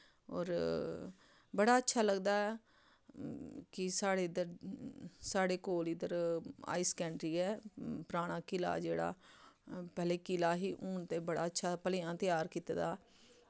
होर बड़ा अच्छा लगदा कि साढ़े इद्धर साढ़े कोल इद्धर हाई स्कैंडरी ऐ पराना किला जेह्ड़ा पैह्लें किला ही हून ते बड़ा अच्छा भलेआं त्यार कीते दा